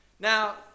Now